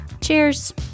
Cheers